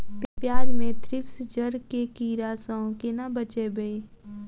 प्याज मे थ्रिप्स जड़ केँ कीड़ा सँ केना बचेबै?